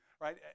right